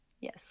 yes